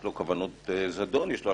שיוכלו לעמוד מולי בזמן אמת לא בדיעבד,